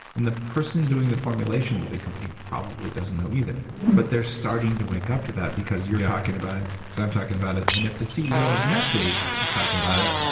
and the person doing the formula in the big company probably doesn't know either but they're starting to wake up to that because you're talking about it, because i'm talking about it. and if the ceo of nestle is talking about it,